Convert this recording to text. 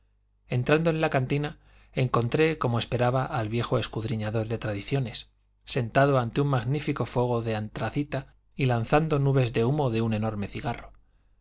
en la cantina encontré como esperaba al viejo escudriñador de tradiciones sentado ante un magnífico fuego de antracita y lanzando nubes de humo de un enorme cigarro